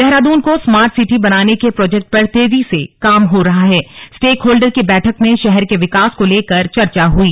देहरादून को smart city बनाने के प्रोजेक्ट पर तेजी से काम हो रहा हैस्टेकहोल्डर की बैठक में शहर के विकास को लेकर चर्चा हुई